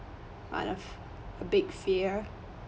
one of a big fear